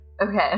Okay